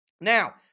Now